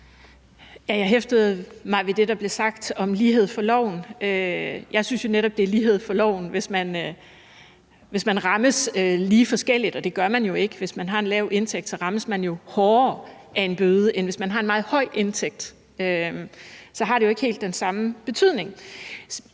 Jeg hæftede mig ved det, der blev sagt om lighed for loven. Jeg synes netop, det er lighed for loven, hvis man rammes lige forskelligt, og det gør man jo ikke. Hvis man har en lav indtægt, rammes man hårdere af en bøde, end hvis man har en meget høj indtægt, og så har det jo ikke helt den samme betydning